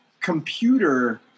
computer